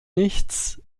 nichts